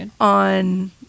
on